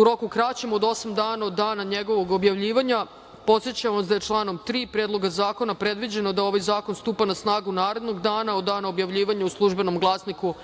u roku kraćem od osam dana od dana njegovog objavljivanja. Podsećam vas da je članom 3. Predloga zakona predviđeno da ovaj zakona stupa na snagu narednog dana od dana objavljivanja u „Službenom glasniku